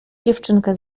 dziewczynkę